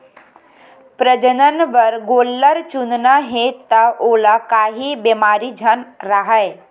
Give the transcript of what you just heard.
प्रजनन बर गोल्लर चुनना हे त ओला काही बेमारी झन राहय